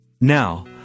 Now